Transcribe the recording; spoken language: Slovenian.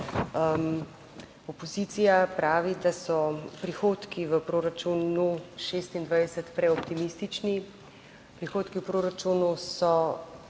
Opozicija pravi, da so prihodki v proračunu 26 preoptimistični, prihodki v proračunu so